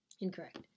Incorrect